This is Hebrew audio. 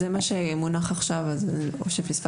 זה מה שמונח עכשיו או שפספסתי?